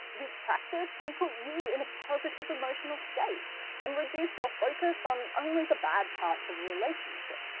this practice can put you in a positive emotional state and reduce your focus on only the bad parts of a relationship.